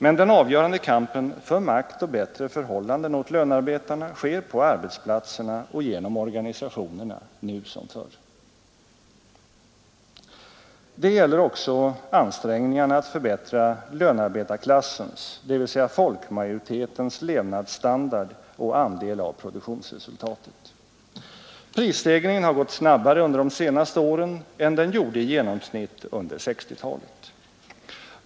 Men den avgörande kampen för makt och bättre förhållanden åt lönarbetarna sker på arbetsplatserna och genom organisationerna, nu som förr. Det gäller också ansträngningarna att förbättra lönarbetarklassens, dvs. folkmajoritetens, levnadsstandard och andel av produktionsresultatet. Prisstegringen har gått snabbare under de senaste åren än den gjorde i genomsnitt under 1960-talet.